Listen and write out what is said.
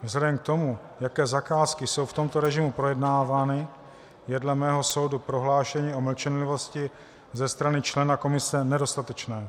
Vzhledem k tomu, jaké zakázky jsou v tomto režimu projednávány, je dle mého soudu prohlášení o mlčenlivosti ze strany člena komise nedostatečné.